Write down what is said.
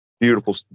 beautiful